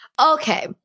Okay